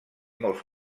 molts